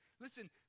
listen